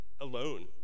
alone